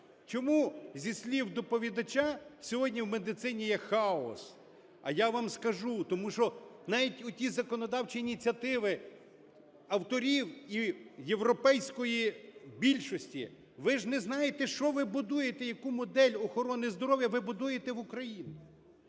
Чому, зі слів доповідача, сьогодні в медицині є хаос? А я вам скажу. Тому що навіть оті законодавчі ініціативи авторів і європейської більшості, ви ж не знаєте, що ви будуєте, яку модель охорони здоров'я ви будуєте в Україні.